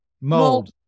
Mold